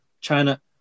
China